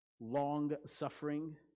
long-suffering